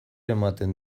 ematen